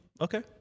okay